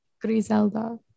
Griselda